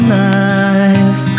life